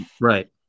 Right